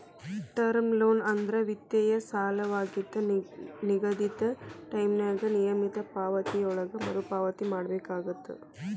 term loan ಅಂದ್ರ ವಿತ್ತೇಯ ಸಾಲವಾಗಿದ್ದ ನಿಗದಿತ ಟೈಂನ್ಯಾಗ ನಿಯಮಿತ ಪಾವತಿಗಳೊಳಗ ಮರುಪಾವತಿ ಮಾಡಬೇಕಾಗತ್ತ